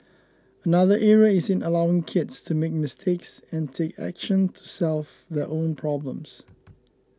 another area is in allowing kids to make mistakes and take action to solve their own problems